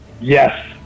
Yes